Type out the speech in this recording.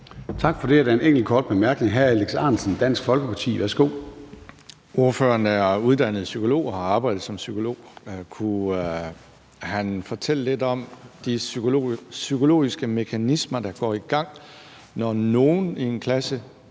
Tak for det. Der er en enkelt kort bemærkning fra hr. Alex Ahrendtsen fra Dansk Folkeparti. Værsgo. Kl. 14:29 Alex Ahrendtsen (DF): Ordføreren er uddannet psykolog og har arbejdet som psykolog. Kunne han fortælle lidt om de psykologiske mekanismer, der går i gang, når nogen i en klasse